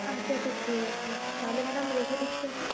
আচ্ছা আচ্ছা ঠিক আছে তাহলে ম্যাডাম রেখে দিচ্ছি এখন